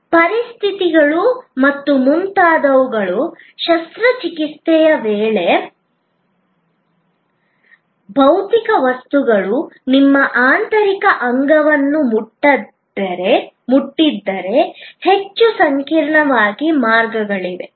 ಪರಿಸ್ಥಿತಿಗಳು ಮತ್ತು ಮುಂತಾದವುಗಳಿಗೆ ಶಸ್ತ್ರಚಿಕಿತ್ಸೆಯ ವೇಳೆ ಭೌತಿಕ ವಸ್ತುಗಳು ನಿಮ್ಮ ಆಂತರಿಕ ಅಂಗವನ್ನು ಮುಟ್ಟಿದ್ದರೆ ಹೆಚ್ಚು ಸಂಕೀರ್ಣವಾದ ಮಾರ್ಗಗಳಿವೆ